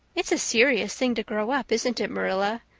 it's a serious thing to grow up, isn't it, marilla?